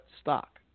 stock